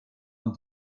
und